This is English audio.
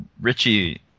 Richie